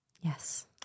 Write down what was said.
Yes